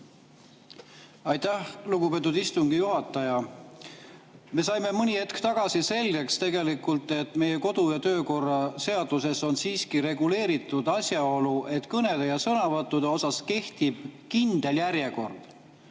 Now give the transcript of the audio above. Aitäh, lugupeetud istungi juhataja! Me saime mõni hetk tagasi selgeks, et meie kodu- ja töökorra seaduses on siiski reguleeritud asjaolu, et kõneleja sõnavõttude osas kehtib kindel järjekord.